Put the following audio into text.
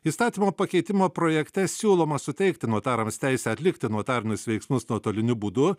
įstatymo pakeitimo projekte siūloma suteikti notarams teisę atlikti notarinius veiksmus nuotoliniu būdu